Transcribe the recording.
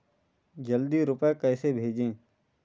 जल्दी रूपए कैसे भेजें?